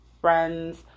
friends